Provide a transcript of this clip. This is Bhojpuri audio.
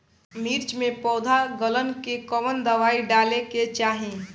मिर्च मे पौध गलन के कवन दवाई डाले के चाही?